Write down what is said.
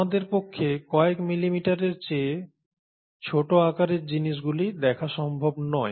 আমাদের পক্ষে কয়েক মিলিমিটারের চেয়ে ছোট আকারের জিনিসগুলি দেখা সম্ভব নয়